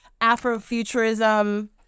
Afrofuturism